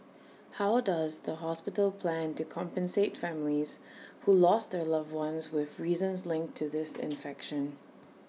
how does the hospital plan to compensate families who lost their loved ones with reasons linked to this infection